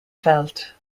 felt